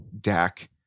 Dak